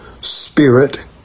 spirit